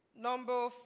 Number